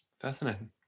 fascinating